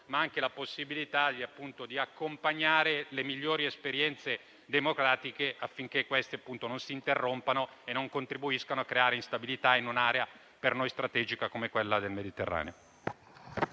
con la possibilità di accompagnare le migliori esperienze democratiche, affinché non si interrompano e non contribuiscano a creare instabilità, in un'area per noi strategica, come quella del Mediterraneo.